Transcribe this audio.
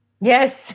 Yes